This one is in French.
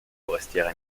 forestières